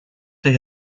they